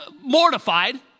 mortified